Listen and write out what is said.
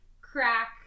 crack